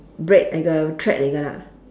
black nei ge thread nei ge lah